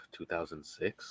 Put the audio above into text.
2006